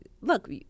look